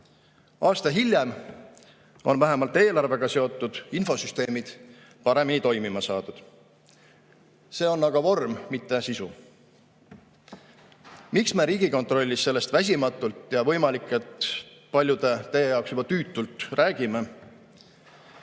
Aasta hiljem on vähemalt eelarvega seotud infosüsteemid paremini toimima saadud. See on aga vorm, mitte sisu. Miks me Riigikontrollis sellest väsimatult – ja võimalik, et paljude teie jaoks juba tüütult – räägime?